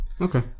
Okay